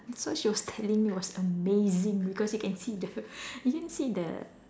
so she was telling me it was amazing because you can see the you can see the